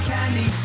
Candy